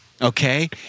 Okay